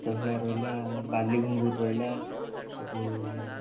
ପୋହଳା ରହିଲା ମ ବାଲି ଚିଙ୍ଗୁଡ଼ି ରହିଲା ସେଇଠୁ